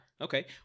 Okay